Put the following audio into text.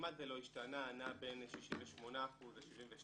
כמעט זה לא השתנה, נע בין 68% ל-72%,